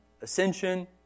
ascension